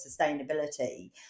sustainability